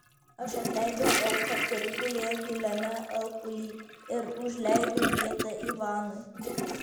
aš atleidau auką kuri gulėjo giliame alpuly ir užleidau vietą ivanui